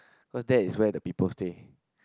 cause there is where the people stay